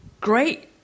great